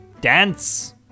Dance